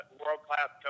world-class